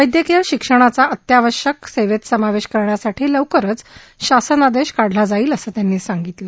वैद्यकीय शिक्षणाचा अत्यावश्यक सेवेत समावेश करण्यासाठी लवकरच शासन आदेश काढला जाईल असंही त्यांनी सांगितलं